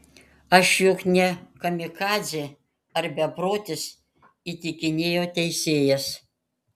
aš juk ne kamikadzė ar beprotis įtikinėjo teisėjas